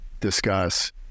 discuss